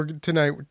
tonight